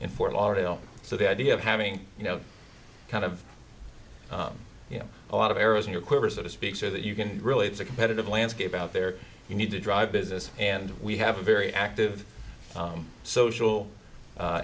in fort lauderdale so the idea of having you know kind of you know a lot of arrows in your quiver so to speak so that you can really it's a competitive landscape out there you need to drive business and we have a very active social